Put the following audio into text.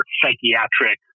psychiatric